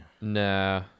Nah